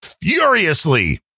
furiously